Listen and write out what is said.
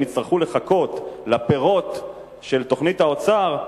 אם יצטרכו לחכות לפירות של תוכנית האוצר,